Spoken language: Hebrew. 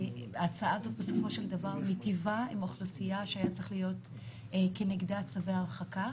ההצעה הזאת מיטיבה עם האוכלוסייה שהיה צריך להיות כנגדה צווי הרחקה.